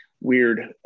weird